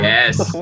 Yes